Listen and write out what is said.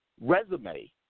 resume